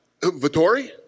Vittori